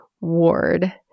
ward